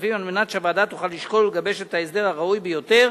הכספים על מנת שהוועדה תוכל לשקול ולגבש את ההסדר הראוי ביותר